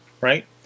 Right